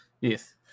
Yes